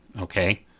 okay